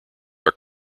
are